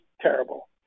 terrible